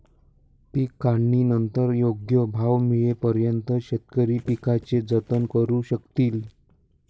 पीक काढणीनंतर योग्य भाव मिळेपर्यंत शेतकरी पिकाचे जतन करू शकतील